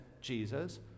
Jesus